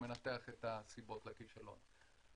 שמנתח את הסיבות לכישלון.